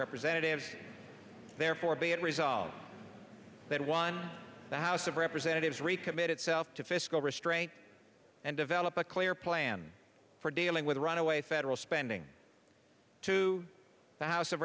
representatives therefore be it resolved that one the house of representatives recommit itself to fiscal restraint and develop a clear plan for dealing with runaway federal spending to the house of